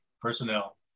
personnel